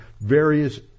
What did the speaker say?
various